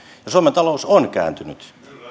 ja suomen talous on kääntynyt